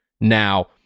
now